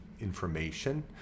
information